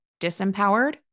disempowered